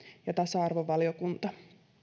ja tasa arvovaliokunta